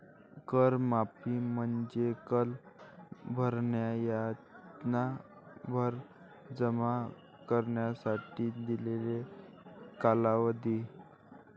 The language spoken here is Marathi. कर माफी म्हणजे कर भरणाऱ्यांना कर जमा करण्यासाठी दिलेला कालावधी